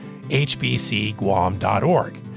hbcguam.org